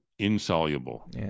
insoluble